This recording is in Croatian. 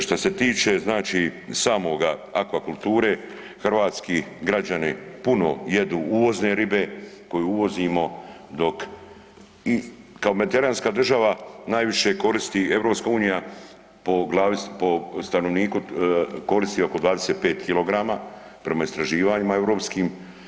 Što se tiče znači same akvakulture hrvatski građani puno jedu uvozne ribe koju uvozimo dok kao Mediteranska država najviše koristi Europska unija po stanovniku koristi oko 25 kilograma prema istraživanjima europskim.